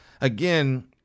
again